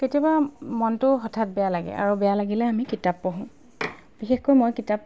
কেতিয়াবা মনটো হঠাৎ বেয়া লাগে আৰু বেয়া লাগিলে আমি কিতাপ পঢ়োঁ বিশেষকৈ মই কিতাপ